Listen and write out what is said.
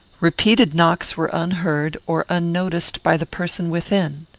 repeated knocks were unheard or unnoticed by the person within.